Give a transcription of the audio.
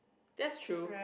that's true